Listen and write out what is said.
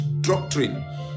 doctrine